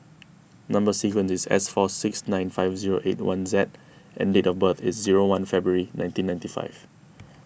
Number Sequence is S four six nine five zero eight one Z and date of birth is zero one February nineteen ninety five